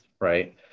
right